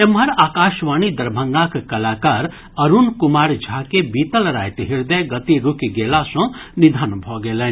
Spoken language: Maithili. एम्हर आकाशवाणी दरभंगाक कलाकार अरूण कुमार झा के बीतल राति हृदय गति रूकि गेला सँ निधन भऽ गेलनि